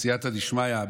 בסייעתא דשמיא,